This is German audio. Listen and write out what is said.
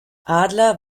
adler